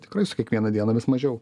tikrai su kiekviena diena vis mažiau